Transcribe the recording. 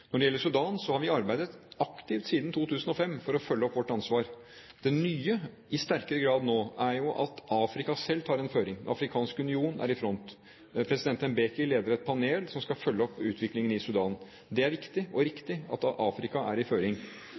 Når det gjelder Sudan, har vi arbeidet aktivt siden 2005 for å følge opp vårt ansvar. Det nye – i sterkere grad nå – er jo at Afrika selv tar en føring. Den afrikanske union er i front. Tidligere president Mbeki leder et panel som skal følge opp utviklingen i Sudan. Det er viktig og riktig at Afrika er i føring.